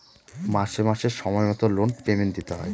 মাসে মাসে সময় মতো লোন পেমেন্ট দিতে হয়